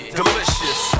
delicious